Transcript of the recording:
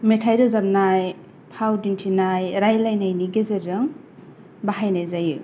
मेथाइ रोजाबनाय फाव दिन्थिनाय रायलायनायनि गेजेरजों बाहायनाय जायो